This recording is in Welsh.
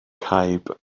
caib